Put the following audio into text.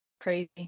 crazy